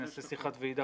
אני אעשה שיחת ועידה.